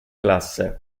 classe